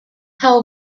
how